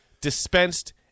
dispensed